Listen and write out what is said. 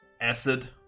acid